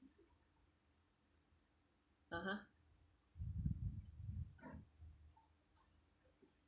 (uh huh)